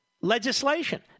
legislation